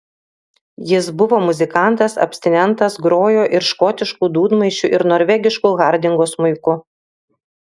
jis buvo muzikantas abstinentas grojo ir škotišku dūdmaišiu ir norvegišku hardingo smuiku